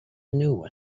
new